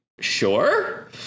sure